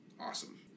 awesome